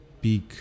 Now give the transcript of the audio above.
big